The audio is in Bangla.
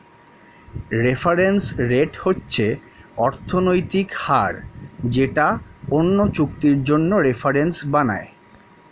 রেফারেন্স রেট হচ্ছে অর্থনৈতিক হার যেটা অন্য চুক্তির জন্য রেফারেন্স বানায়